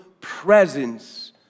presence